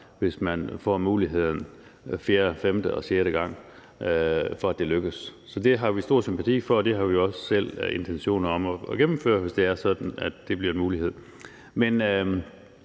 hvis man får muligheden den fjerde, femte og sjette gang, for, at det lykkes. Så det har vi stor sympati for, og det har vi også selv intentioner om at gennemføre, hvis det er sådan, at det bliver en mulighed.